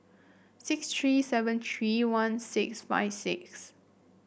six three seven three one six five six